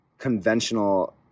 conventional